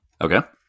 Okay